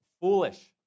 foolish